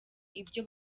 ibyo